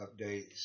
updates